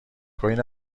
کنید